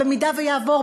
אם יעבור,